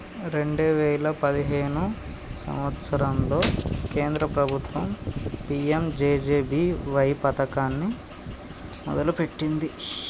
రెండే వేయిల పదిహేను సంవత్సరంలో కేంద్ర ప్రభుత్వం పీ.యం.జే.జే.బీ.వై పథకాన్ని మొదలుపెట్టింది